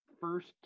first